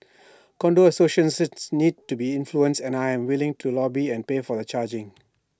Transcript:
condo associations need to be influenced and I am willing to lobby and pay for the charging